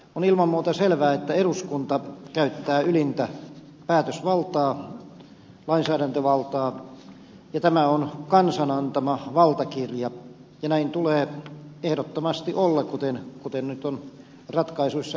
on ilman muuta selvää että eduskunta käyttää ylintä päätösvaltaa lainsäädäntövaltaa ja tämä on kansan antama valtakirja ja näin tulee ehdottomasti olla kuten nyt on ratkaisuissa edetty